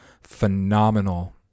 phenomenal